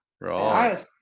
right